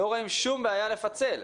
לא רואים שום בעיה לפצל.